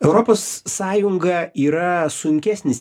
europos sąjunga yra sunkesnis